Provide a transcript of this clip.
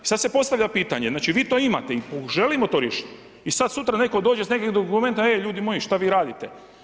Sad se postavlja pitanje, znači vi to imate i želimo to riješiti i sad sutra doći s nekim dokumentima, e ljudi šta vi radite.